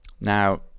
Now